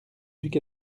duc